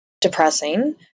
depressing